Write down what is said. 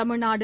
Tamil Nadu